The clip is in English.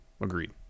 Agreed